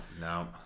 no